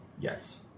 Yes